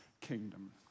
kingdom